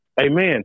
amen